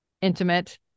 intimate